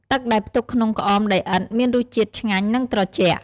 ទឹកដែលផ្ទុកក្នុងក្អមដីឥដ្ឋមានរសជាតិឆ្ងាញ់ និងត្រជាក់។